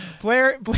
Blair